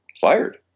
fired